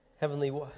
Heavenly